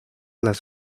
las